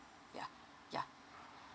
yeah yeah